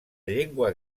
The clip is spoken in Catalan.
llengua